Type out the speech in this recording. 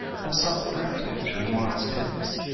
have sought refuge in the monasteries.